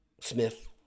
Smith